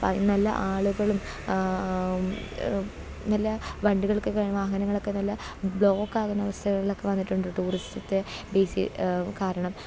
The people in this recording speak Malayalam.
നല്ല ആളുകളും നല്ല വണ്ടികൾക്കൊക്കെ വാഹനങ്ങളൊക്കെ നല്ല ബ്ലോക്കാകുന്ന അവസ്ഥകളൊക്കെ വന്നിട്ടുണ്ട് ടൂറിസത്തെ ബിസി കാരണം